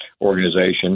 organization